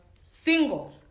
single